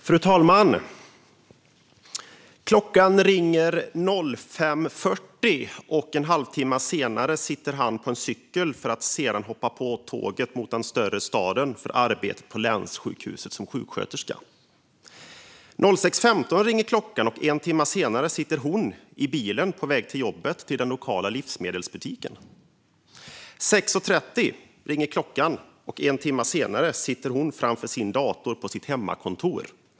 Fru talman! Klockan ringer 05.40, och en halvtimme senare sitter han på en cykel för att sedan hoppa på tåget mot den större staden och arbetet på länssjukhuset som sjuksköterska. Klockan 06.15 ringer klockan, och en timme senare sitter hon i bilen på väg till jobbet i den lokala livsmedelsbutiken. Klockan 06.30 ringer klockan, och en timme senare sitter hon framför sin dator på sitt hemmakontor.